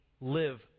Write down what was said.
live